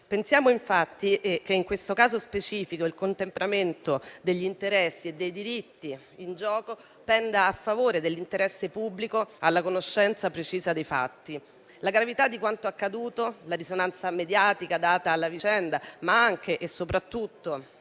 Pensiamo infatti che in questo caso specifico il contemperamento degli interessi e dei diritti in gioco penda a favore dell'interesse pubblico alla conoscenza precisa dei fatti. La gravità di quanto accaduto, la risonanza mediatica data alla vicenda, ma anche e soprattutto